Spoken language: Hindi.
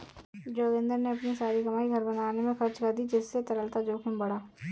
जोगिंदर ने अपनी सारी कमाई घर बनाने में खर्च कर दी जिससे तरलता जोखिम बढ़ा